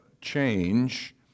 change